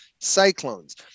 cyclones